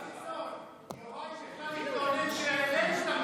דוידסון, יוראי בכלל התלונן שהעלינו את המיסים.